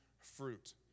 fruit